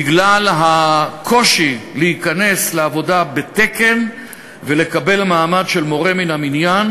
בגלל הקושי להיכנס לעבודה בתקן ולקבל מעמד של מורה מן המניין,